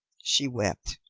she wept.